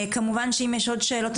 כמובן שאם יש עוד שאלות,